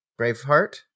Braveheart